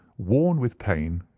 worn with pain,